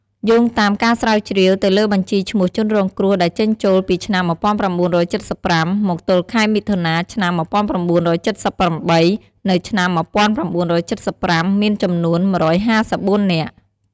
យោងតាមការស្រាវជ្រាវទៅលើបញ្ជីឈ្មោះជនរងគ្រោះដែលចេញចូលពីឆ្នាំ១៩៧៥ មកទល់ខែមិថុនាឆ្នាំ១៩៧៨ នៅឆ្នាំ១៩៧៥ មានចំនួន១៥៤នាក់ ។